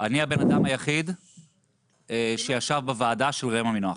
אני הבן אדם היחיד שישב בוועדה של ראם עמינח